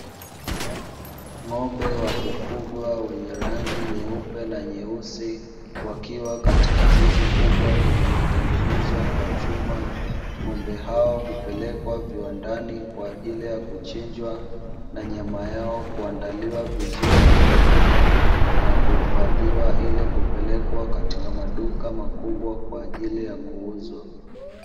Ng'ombe wa kufugwa wenye rangi nyeupe na nyeusi, wakiwa katika zizi kubwa lililotengenezwa kwa chuma, ng'ombe hao hupelekwa viwandani kwa ajili ya kuchinjwa na nyama yao kuandaliwa vizuri, kupimwa na kuhifadhiwa ili kupelekwa katika maduka makubwa kwa ajili ya kuuzwa.